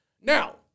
Now